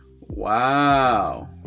wow